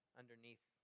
underneath